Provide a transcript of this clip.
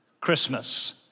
Christmas